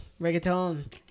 Reggaeton